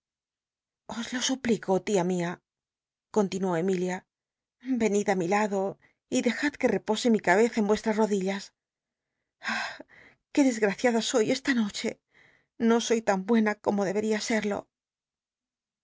os lo suplico tia mia continuó emilia venid ü mi lado y de iad que tcposc mi cabeza en vuestras rodillas ah qué desgraciada soy esta noche no soy tan buena como debería serlo